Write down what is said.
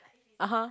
(uh huh)